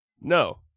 No